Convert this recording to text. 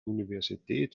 universität